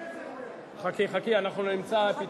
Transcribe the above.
תאמין לי, אנחנו נמצא.